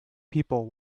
people